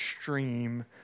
stream